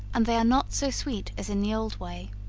and they are not so sweet as in the old way.